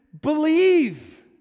believe